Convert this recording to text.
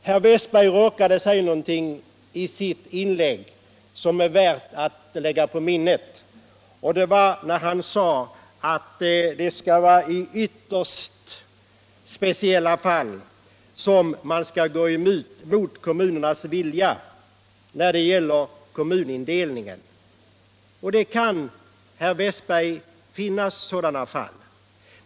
Herr Westberg råkade säga något i sitt inlägg som är värt att lägga på minnet. Han sade att det skall vara i ytterst speciella fall som man skall gå emot kommunernas vilja när det gäller kommunindelningen. Det kan, herr Westberg, finnas sådana fall.